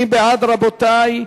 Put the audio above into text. מי בעד, רבותי?